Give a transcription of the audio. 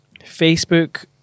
Facebook